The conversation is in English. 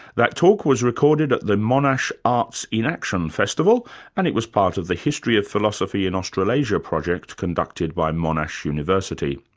that talk was recorded at the monash arts in action festival and it was part of the history of philosophy in australasia project, conducted by monash university.